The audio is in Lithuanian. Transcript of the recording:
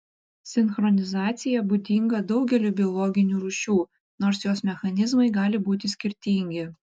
sinchronizacija būdinga daugeliui biologinių rūšių nors jos mechanizmai gali būti skirtingi